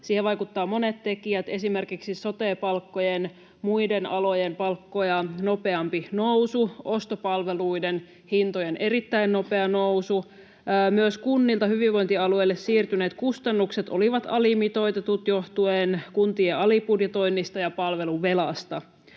Siihen vaikuttavat monet tekijät, esimerkiksi sote-palkkojen muiden alojen palkkoja nopeampi nousu, ostopalveluiden hintojen erittäin nopea nousu, myös kunnilta hyvinvointialueille siirtyneet kustannukset olivat alimitoitetut johtuen kuntien alibudjetoinnista ja palveluvelasta.